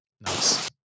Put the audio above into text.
Nice